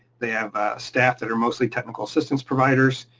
they have staff that are mostly technical assistance providers,